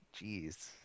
Jeez